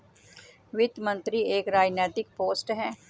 वित्त मंत्री एक राजनैतिक पोस्ट है